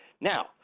now